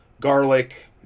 Garlic